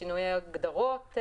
בשינויי ההגדרות,